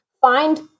find